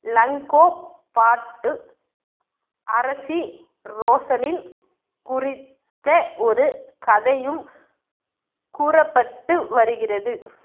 Longobard அரசி Rosaline குறித்த ஒரு கதையும் கூறப்பட்டு வருகிறது